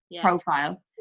profile